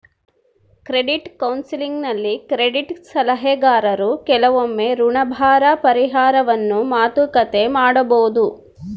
credit ಕೌನ್ಸೆಲಿಂಗ್ನಲ್ಲಿ credit ಸಲಹೆಗಾರರು ಕೆಲವೊಮ್ಮೆ ಋಣಭಾರ ಪರಿಹಾರವನ್ನು ಮಾತುಕತೆ ಮಾಡಬೊದು